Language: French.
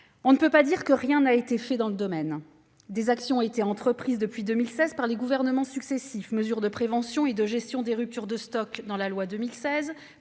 On ne peut pas dire que rien n'a été fait dans le domaine. Des actions ont été entreprises depuis 2016 par les gouvernements successifs : mesures de prévention et de gestion des ruptures de stock dans la loi de 2016,